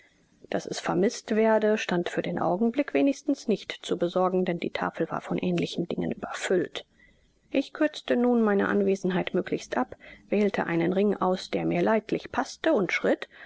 daß es vermißt werde stand für den augenblick wenigstens nicht zu besorgen denn die tafel war von ähnlichen dingen überfüllt ich kürzte nun meine anwesenheit möglichst ab wählte einen ring aus der mir leidlich paßte und schritt